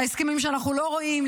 להסכמים שאנחנו לא רואים,